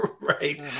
right